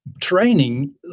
training